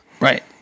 Right